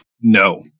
no